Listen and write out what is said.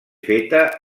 feta